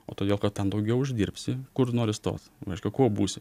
o todėl kad ten daugiau uždirbsi kur nori stot reiškia kuo būsi